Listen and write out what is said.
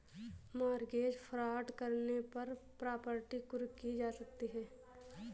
mortgage fraud करने पर property कुर्क की जा सकती है